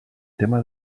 tema